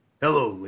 Hello